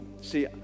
See